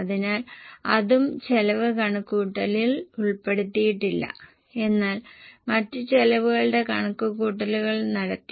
അതിനാൽ അതും ചെലവ് കണക്കുകൂട്ടലിൽ ഉൾപ്പെടുത്തിയിട്ടില്ല എന്നാൽ മറ്റ് ചെലവുകളുടെ കണക്കുകൂട്ടലുകൾ നടത്തി